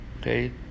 okay